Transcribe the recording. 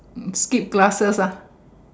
to get the song